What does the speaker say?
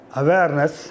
awareness